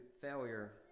failure